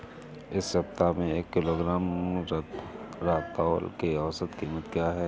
इस सप्ताह में एक किलोग्राम रतालू की औसत कीमत क्या है?